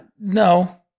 No